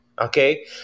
okay